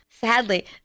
Sadly